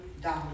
dollar